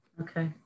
Okay